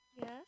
yes